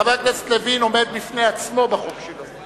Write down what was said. חבר הכנסת לוין עומד בפני עצמו בחוק שלו.